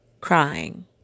crying